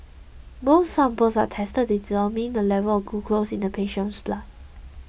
both samples are tested to determine the level of glucose in the patient's blood